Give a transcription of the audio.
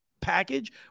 package